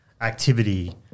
activity